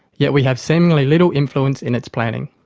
yet we have seemingly little influence in its planning.